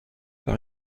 par